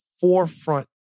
forefront